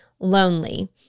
lonely